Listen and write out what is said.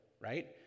right